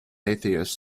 atheist